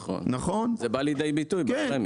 נכון, זה בא לידי ביטוי בפרמיה.